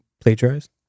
plagiarized